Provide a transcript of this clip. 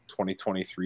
2023